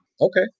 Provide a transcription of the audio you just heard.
Okay